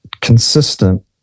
consistent